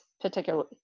particularly